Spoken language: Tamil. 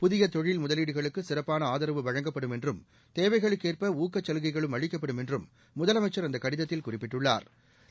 புதிய தொழில் முதலீடுகளுக்கு சிறப்பான ஆதரவு வழங்கப்படும் என்றும் தேவைகளுக்கு ஏற்ப ஊக்கச் சலுகைகளும் அளிக்கப்படும் என்றும் முதலமைச்சா் அந்த கடிதத்தில் குறிப்பிட்டுள்ளாா்